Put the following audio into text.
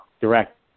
direct